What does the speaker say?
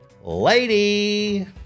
Lady